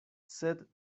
sed